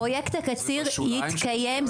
פרויקט הקציר יתקיים.